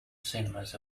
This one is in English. cinemas